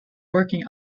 working